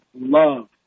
love